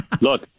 Look